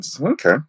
Okay